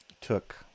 took